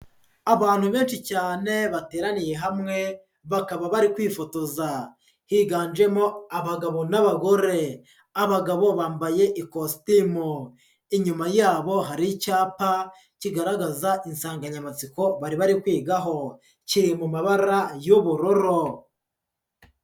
Abantu benshi cyane bateraniye hamwe, bakaba bari kwifotoza, higanjemo abagabo n'abagore, abagabo bambaye ikositimu, inyuma yabo hari icyapa kigaragaza insanganyamatsiko bari bari kwigaho, kiri mu mabara y'ubururu.